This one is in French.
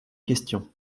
question